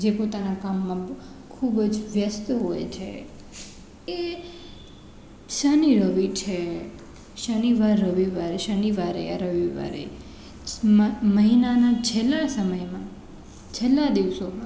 જે પોતાનાં કામમાં ખૂબ જ વ્યસ્ત હોય છે એ શનિ રવિ છે શનિવાર રવિવાર શનિવારે યા રવિવારે મહિનાનાં છેલ્લા સમયમાં છેલ્લા દિવસોમાં